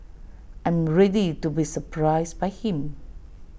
I am ready to be surprised by him